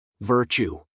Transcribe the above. Virtue